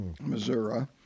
Missouri